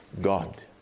God